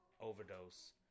overdose